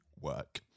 work